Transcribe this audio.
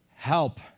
help